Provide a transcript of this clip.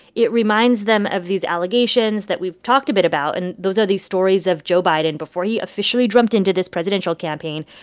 it reminds them of these allegations that we've talked a bit about. and those are these stories of joe biden, before he officially jumped into this presidential campaign,